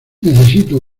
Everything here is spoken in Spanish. necesito